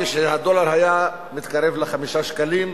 כשהדולר התקרב ל-5 שקלים,